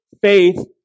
faith